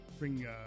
bring